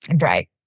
Right